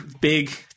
big